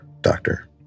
Doctor